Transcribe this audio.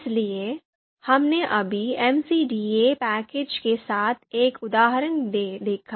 इसलिए हमने अभी एमसीडीए पैकेज के साथ एक उदाहरण देखा